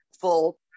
full